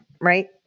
right